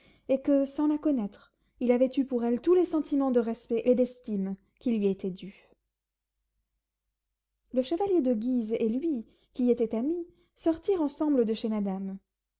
et que sans la connaître il avait eu pour elle tous les sentiments de respect et d'estime qui lui étaient dus le chevalier de guise et lui qui étaient amis sortirent ensemble de chez madame